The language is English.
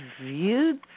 viewed